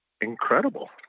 incredible